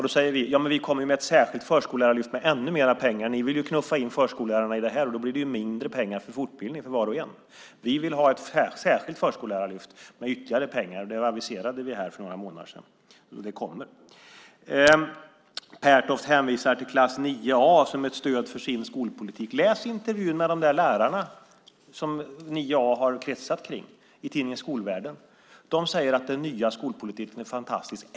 Då säger vi att vi kommer med ett särskilt förskollärarlyft med ännu mer pengar. Ni vill knuffa in förskollärarna i det här, och då blir det ju mindre pengar för fortbildning till var och en. Vi vill ha ett särskilt förskollärarlyft med ytterligare pengar. Det aviserade vi för några månader sedan, och det kommer. Pertoft hänvisar till Klass 9 A som ett stöd för sin skolpolitik. Läs intervjun med de lärare som Klass 9 A har kretsat kring i tidningen Skolvärlden. De säger att den nya skolpolitiken är fantastisk.